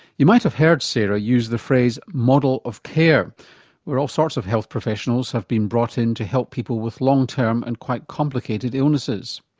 you might have heard sarah use the phrase model of care where all sorts of health professionals have been brought in to help people with long term and quite complicated illnesses.